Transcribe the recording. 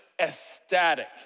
ecstatic